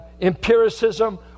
Empiricism